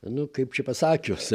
na kaip čia pasakius